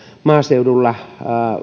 maaseudulla